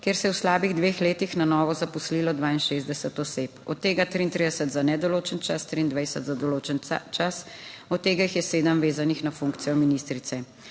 kjer se je v slabih dveh letih na novo zaposlilo 62 oseb, od tega 33 za nedoločen čas, 23 za določen čas, od tega jih je sedem vezanih na funkcijo ministrice.